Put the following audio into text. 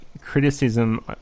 criticism